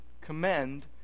commend